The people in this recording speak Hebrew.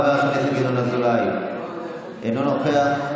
ינון אזולאי, אינו נוכח.